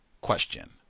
question